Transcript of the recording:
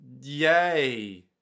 Yay